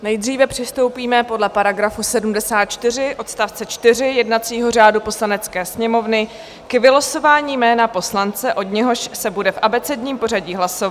Nejdříve přistoupíme podle § 74 odst. 4 jednacího řádu Poslanecké sněmovny k vylosování jména poslance, od něhož se bude v abecedním pořadí hlasovat.